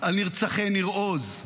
על נרצחי ניר עוז,